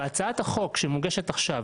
בהצעת החוק שמוגשת עכשיו,